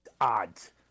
Odds